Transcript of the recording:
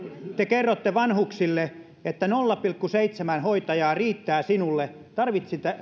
te kerrotte vanhuksille että nolla pilkku seitsemän hoitajaa riittää sinulle